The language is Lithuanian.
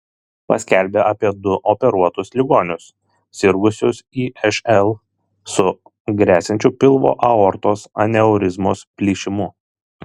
paskelbė apie du operuotus ligonius sirgusius išl su gresiančiu pilvo aortos aneurizmos plyšimu